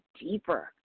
deeper